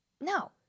No